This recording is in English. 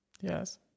Yes